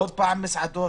עוד פעם מסעדות?